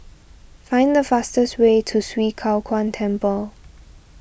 find the fastest way to Swee Kow Kuan Temple